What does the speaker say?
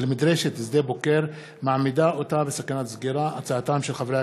שדה-בוקר מעמידה אותה בסכנת סגירה, בעקבות דיון